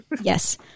Yes